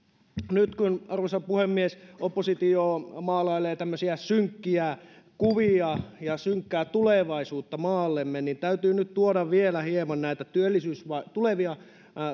nyt kun arvoisa puhemies oppositio maalailee tämmöisiä synkkiä kuvia ja synkkää tulevaisuutta maallemme niin täytyy nyt tuoda vielä hieman näitä tulevia